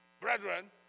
Brethren